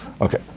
Okay